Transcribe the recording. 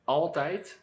altijd